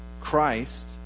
Christ